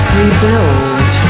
rebuild